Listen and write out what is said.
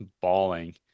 bawling